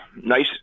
nice